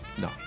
No